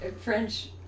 French